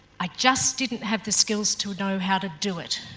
i just didn't have the skills to know how to do it.